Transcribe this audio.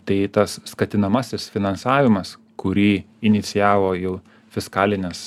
tai tas skatinamasis finansavimas kurį inicijavo jau fiskalinės